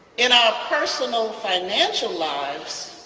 in our personal financial lives